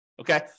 okay